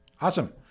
Awesome